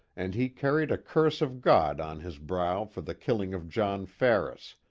and he carried a curse of god on his brow for the killing of john farris,